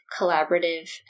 collaborative